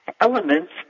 elements